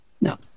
No